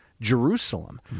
Jerusalem